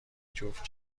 جفت